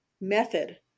method